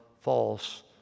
false